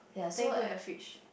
then you put in the fridge